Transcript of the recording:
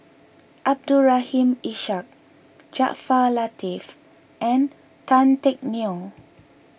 Abdul Rahim Ishak Jaafar Latiff and Tan Teck Neo